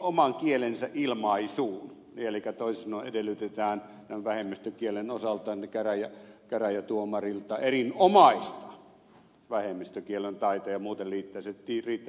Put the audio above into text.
oman kielensä ilmaisuun elikkä toisin sanoen edellytetään vähemmistökielen osalta käräjätuomarilta erinomaista vähemmistökielen taitoa ja muuten riittää se tyydyttävä